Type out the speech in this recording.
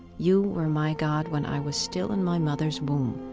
you were my god when i was still in my mother's womb.